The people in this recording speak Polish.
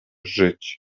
żyć